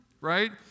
right